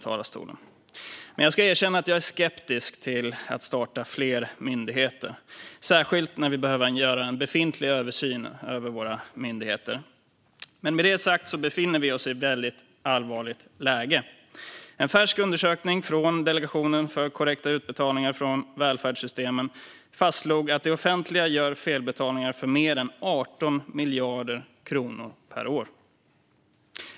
Jag ska erkänna att jag är skeptisk till skapandet av fler myndigheter, särskilt när vi behöver göra en översyn av våra befintliga myndigheter. Men med detta sagt befinner vi oss i ett allvarligt läge. En färsk undersökning av Delegationen för korrekta utbetalningar från välfärdssystemen fastslog att det offentliga gör felbetalningar för mer än 18 miljarder kronor per år.